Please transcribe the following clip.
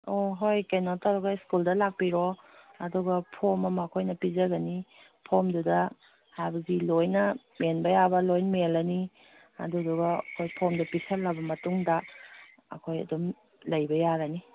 ꯑꯣ ꯍꯣꯏ ꯀꯩꯅꯣ ꯇꯧꯔꯒ ꯁ꯭ꯀꯨꯜꯗ ꯂꯥꯛꯄꯤꯔꯣ ꯑꯗꯨꯒ ꯐꯣꯔꯝ ꯑꯃ ꯑꯩꯈꯣꯏꯅ ꯄꯤꯖꯒꯅꯤ ꯐꯣꯔꯝꯗꯨꯗ ꯍꯥꯏꯕꯗꯤ ꯂꯣꯏꯅ ꯃꯦꯟꯕ ꯌꯥꯕ ꯂꯣꯏ ꯃꯦꯜꯂꯅꯤ ꯑꯗꯨꯗꯨꯒ ꯑꯩꯈꯣꯏ ꯐꯣꯔꯝꯗꯣ ꯄꯤꯁꯤꯜꯂꯕ ꯃꯇꯨꯡꯗ ꯑꯩꯈꯣꯏ ꯑꯗꯨꯝ ꯂꯩꯕ ꯌꯥꯒꯅꯤ